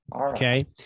Okay